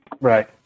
Right